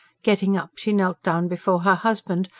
getting up, she knelt down before her husband,